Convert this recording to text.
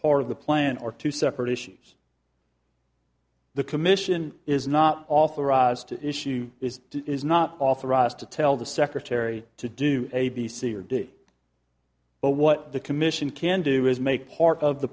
part of the plan or two separate issues the commission is not authorized to issue is to is not authorized to tell the secretary to do a b c or d but what the commission can do is make part of the